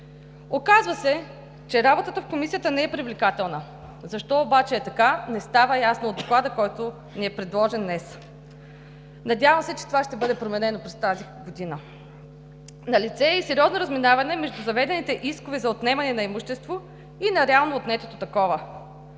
Оказва се, че работата в Комисията не е привлекателна. Защо обаче е така, не става ясно от Доклада, който ни е предложен днес. Надявам се, че това ще бъде променено през тази година. Налице е и сериозно разминаване между заведените искове за отнемане на имущество и на реално отнетото такова.